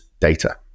data